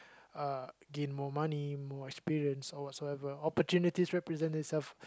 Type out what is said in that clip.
uh gain more money more experience or whatsoever opportunity represents itself